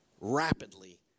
Rapidly